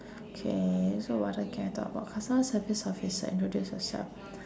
okay so what ah can I talk about customer service office introduce yourself